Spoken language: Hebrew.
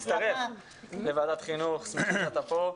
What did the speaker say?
ברוך המצטרף לוועדת החינוך ואנחנו שמחים שאתה כאן.